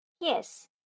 Yes